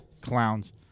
clowns